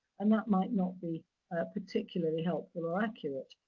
and that might not be particularly helpful or accurate.